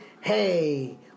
hey